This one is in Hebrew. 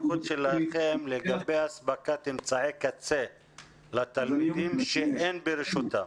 שלכם לגבי אספקת אמצעי קצה לתלמידים שאין ברשותם?